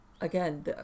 again